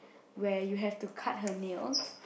where you have to cut her nails